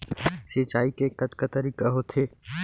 सिंचाई के कतका तरीक़ा होथे?